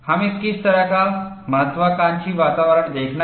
हमें किस तरह का महत्वाकांक्षी वातावरण देखना है